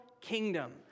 kingdom